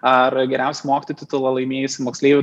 ar geriausio mokytojo titulą laimėjusių moksleivių